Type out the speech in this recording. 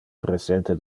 presente